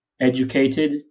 educated